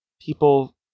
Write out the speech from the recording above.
people